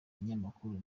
kinyamakuru